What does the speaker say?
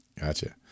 gotcha